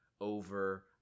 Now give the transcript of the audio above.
over